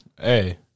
Hey